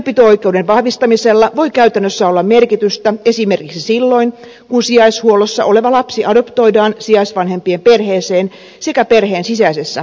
yhteydenpito oikeuden vahvistamisella voi käytännössä olla merkitystä esimerkiksi silloin kun sijaishuollossa oleva lapsi adoptoidaan sijaisvanhempien perheeseen sekä perheen sisäisessä adoptiossa